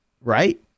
Right